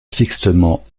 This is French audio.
fixement